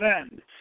end